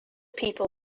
people